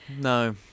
No